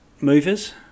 movers